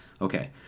Okay